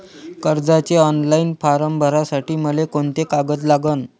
कर्जाचे online form भरासाठी मले कोंते कागद लागन?